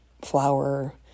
flour